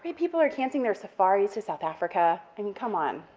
people are canceling their safaris to south africa, i mean, come on,